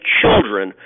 children